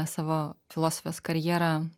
savo filosofės karjerą